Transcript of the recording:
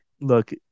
look